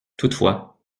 toutefois